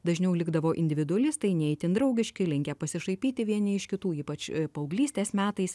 dažniau likdavo individualistai ne itin draugiški linkę pasišaipyti vieni iš kitų ypač paauglystės metais